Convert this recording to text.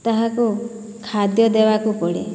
ତାହାକୁ ଖାଦ୍ୟ ଦେବାକୁ ପଡ଼େ